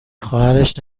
خواهرش